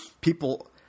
people